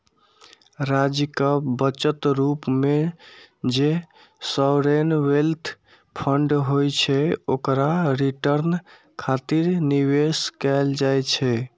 राज्यक बचत रूप मे जे सॉवरेन वेल्थ फंड होइ छै, ओकरा रिटर्न खातिर निवेश कैल जाइ छै